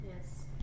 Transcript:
Yes